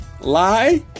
lie